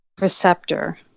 receptor